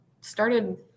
started